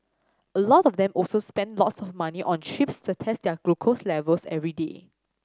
a lot of them also spend lots of money on strips to test their glucose levels every day